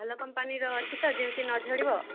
ଭଲ କମ୍ପାନୀର ଅଛି ତ ଯେମିତି ନ ଝଡ଼ିବ